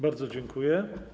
Bardzo dziękuję.